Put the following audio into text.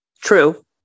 True